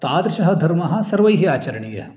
तादृशः धर्मः सर्वैः आचरणीयः